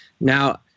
Now